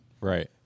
Right